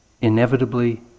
inevitably